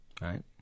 Right